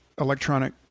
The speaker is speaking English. electronic